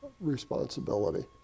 responsibility